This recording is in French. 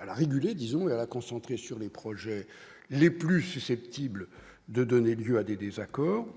à la réguler, disons la concentrer sur les projets les plus susceptibles de donner lieu à des désaccords